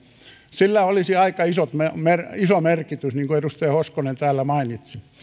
sillä olisi aika iso merkitys niin kuin edustaja hoskonen täällä mainitsi